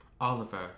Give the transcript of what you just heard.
Oliver